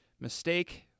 mistake